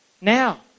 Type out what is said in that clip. Now